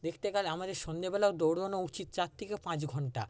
দেখতে গেলে আমাদের সন্ধেবেলাও দৌড়নো উচিত চার থেকে পাঁচ ঘন্টা